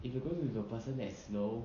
if you go with a person that's slow